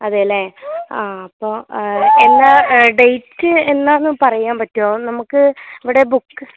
അതെയല്ലേ ആ അപ്പോൾ എന്നാണ് ഡേറ്റ് എന്നാണെന്നു പറയാൻ പറ്റുമോ നമുക്ക് ഇവിടെ ബുക്ക്